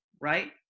right